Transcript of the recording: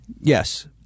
Yes